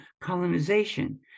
colonization